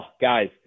guys